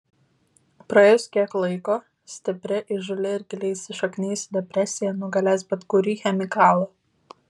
praėjus kiek laiko stipri įžūli ir giliai įsišaknijus depresija nugalės bet kurį chemikalą